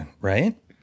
Right